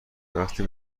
وقتی